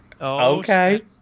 Okay